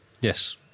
Yes